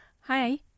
Hi